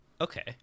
okay